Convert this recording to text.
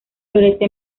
florece